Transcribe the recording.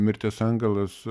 mirties angelas